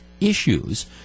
issues